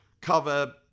cover